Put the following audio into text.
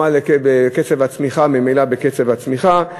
וממילא בקצב הצמיחה.